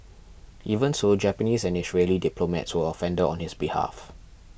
even so Japanese and Israeli diplomats were offended on his behalf